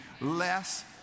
Less